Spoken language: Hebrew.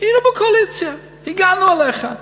היינו בקואליציה, הגנו עליך.